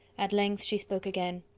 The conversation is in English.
at length she spoke again.